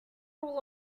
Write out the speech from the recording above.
all